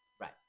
right